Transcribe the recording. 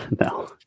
No